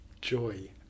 joy